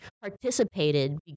participated